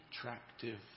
attractive